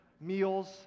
meals